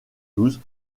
blues